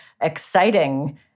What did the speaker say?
exciting